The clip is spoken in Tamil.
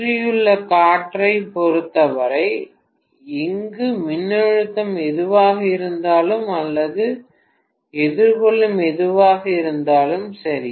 சுற்றியுள்ள காற்றைப் பொறுத்தவரை இங்கு மின்னழுத்தம் எதுவாக இருந்தாலும் அல்லது அது எதிர்கொள்ளும் எதுவாக இருந்தாலும் சரி